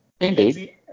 Indeed